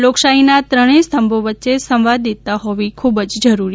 લોકશાહીના ત્રણેય સ્તંભો વચ્ચે સંવાદિતા હોવી ખૂબ જ જરૂરી છે